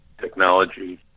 Technology